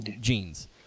genes